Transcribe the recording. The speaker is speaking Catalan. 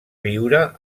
viure